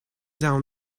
down